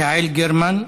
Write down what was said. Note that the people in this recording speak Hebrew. יעל גרמן,